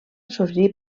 sorgir